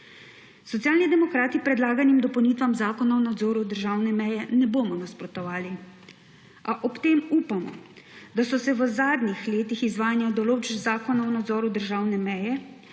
Socialni demokrati predlaganim dopolnitvam Zakona o nadzoru državne meje ne bomo nasprotovali, a ob tem upamo, da so se v zadnjih letih izvajanja določb Zakona o nadzoru državne meje,